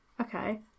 okay